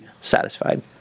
satisfied